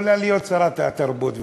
יכולה להיות שרת התרבות והספורט.